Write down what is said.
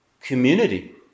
community